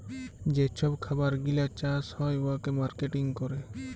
যে ছব খাবার গিলা চাষ হ্যয় উয়াকে মার্কেটিং ক্যরে